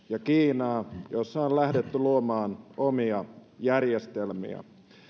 ja kiinaa joissa on lähdetty luomaan omia järjestelmiä